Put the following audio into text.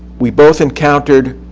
we both encountered